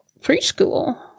preschool